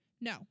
No